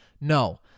no